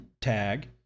tag